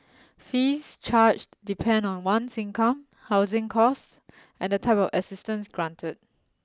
fees charged depend on one's income housing cost and the type of assistance granted